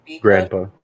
Grandpa